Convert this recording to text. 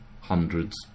hundreds